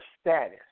status